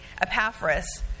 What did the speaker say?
Epaphras